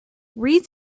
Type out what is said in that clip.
read